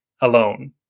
alone